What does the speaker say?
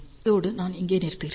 இதோடு நான் இங்கே நிறுத்துகிறேன்